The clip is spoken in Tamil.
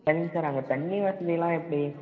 சரிங்க சார் அங்கே தண்ணி வசதியெலாம் எப்படி